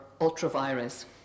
ultra-virus